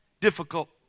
difficult